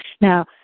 Now